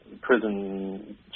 prison